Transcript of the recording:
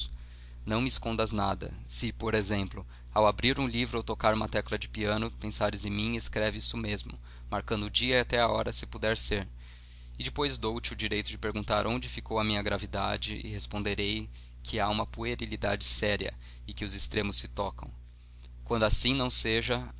não me escondas nada se por exemplo ao abrir um livro ou tocar uma tecla do piano pensares em mim escreve isso mesmo marcando o dia e até a hora se puder ser e depois dou-te o direito de perguntar onde ficou a minha gravidade e responderei que há uma puerilidade séria e que os extremos se tocam quando assim não seja